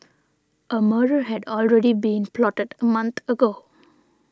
a murder had already been plotted a month ago